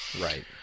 right